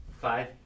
five